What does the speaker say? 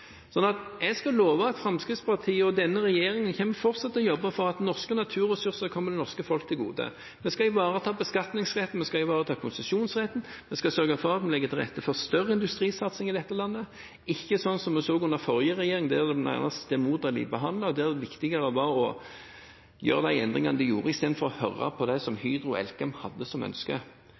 jeg skal love at Fremskrittspartiet og denne regjeringen fortsatt kommer til å jobbe for at norske naturressurser kommer det norske folk til gode. Vi skal ivareta beskatningsretten, vi skal ivareta konsesjonsretten, og vi skal sørge for at vi legger til rette for større industrisatsing i dette landet – ikke slik som vi så under forrige regjering, der dette ble nærmest stemoderlig behandlet, og der det viktige var å gjøre de endringene de gjorde, istedenfor å høre på det som Hydro og Elkem hadde som ønske.